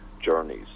journeys